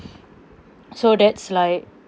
so that's like